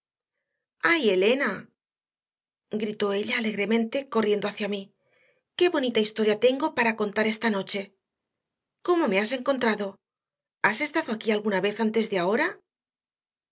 ay elena gritó ella alegremente corriendo hacia mí qué bonita historia tengo para contar esta noche cómo me has encontrado has estado aquí alguna vez antes de ahora